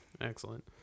Excellent